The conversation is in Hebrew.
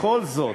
בכל זאת,